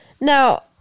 Now